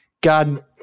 god